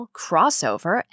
crossover